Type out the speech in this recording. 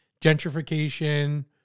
gentrification